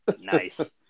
Nice